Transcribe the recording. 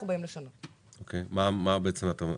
מה את מציעה?